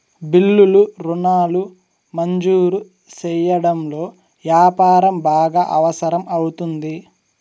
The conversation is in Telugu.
బిల్లులు రుణాలు మంజూరు సెయ్యడంలో యాపారం బాగా అవసరం అవుతుంది